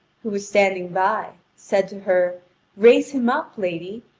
who was standing by, said to her raise him up, lady,